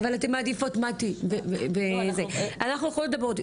אנחנו נשמע קודם כל את